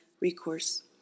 recourse